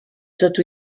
dydw